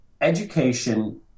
education